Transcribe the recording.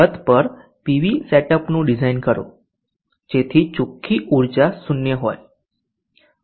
છત પર પીવી સેટઅપનું ડિઝાઇન કરો જેથી ચોખ્ખી ઉર્જા 0 હોય